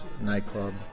nightclub